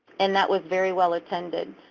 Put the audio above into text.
and that was very well-attended.